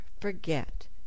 forget